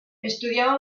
estudiaba